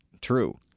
True